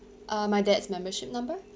err my dad's membership number